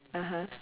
(uh huh)